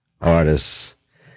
artists